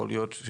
יכול להיות,